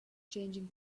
changing